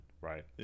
right